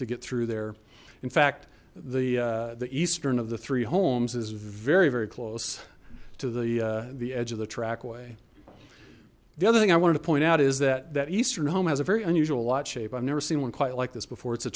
to get through there in fact the the eastern of the three homes is very very close to the the edge of the trackway the other thing i wanted to point out is that that eastern home has a very unusual lot shape i've never seen one quite like this before it's a